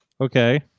Okay